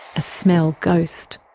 a smell ghost.